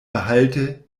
behalte